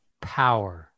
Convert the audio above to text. power